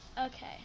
Okay